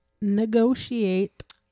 negotiate